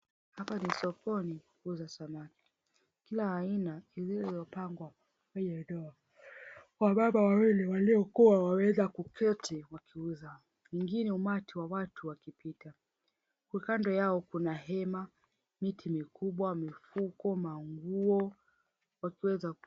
Hapa ni sokoni pa kuuza samaki kila aina zilizopangwa kwenye ndoo. Wamama wawili waliokua wameweza kuketi wakiuza wengine umati wa watu wakipita huku kando yao kuna hema, miti mikubwa, mifuko, manguo wakiweza.